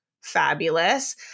Fabulous